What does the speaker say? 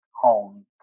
home